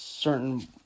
certain